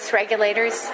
regulators